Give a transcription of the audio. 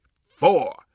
four